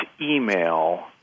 email